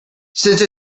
since